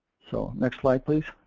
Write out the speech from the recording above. so, next slide please.